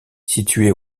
situé